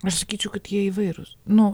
aš sakyčiau kad jie įvairūs nu